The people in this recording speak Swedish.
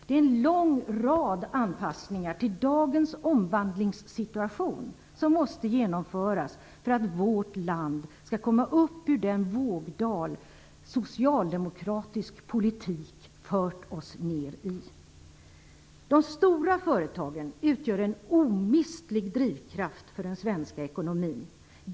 Det är en lång rad anpassningar till dagens omvandlingssituation som måste genomföras, för att vårt land skall komma upp ur den vågdal socialdemokratisk politik har fört oss ned i. De stora företagen utgör en omistlig drivkraft för den svenska ekonomin.